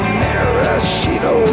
maraschino